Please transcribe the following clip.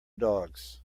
dogs